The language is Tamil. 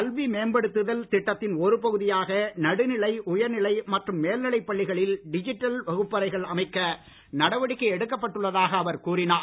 கல்வி மேம்படுத்துதல் திட்டத்தின் ஒரு பகுதியாக நடுநிலை உயர்நிலை மற்றும் மேல்நிலைப் பள்ளிகளில் டிஜிட்டல் வகுப்பறைகள் அமைக்க நடவடிக்கை எடுக்கப்பட்டுள்ளதாக அவர் கூறினார்